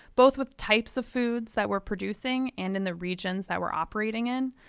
both with types of foods that we're producing and in the regions that we're operating in.